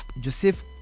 joseph